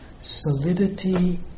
solidity